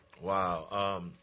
Wow